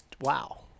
wow